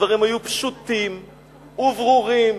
והדברים היו פשוטים וברורים.